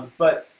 but,